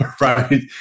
right